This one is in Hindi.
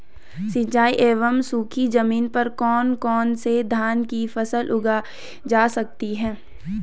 सिंचाई एवं सूखी जमीन पर कौन कौन से धान की फसल उगाई जा सकती है?